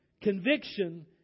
Conviction